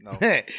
No